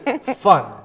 fun